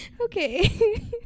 Okay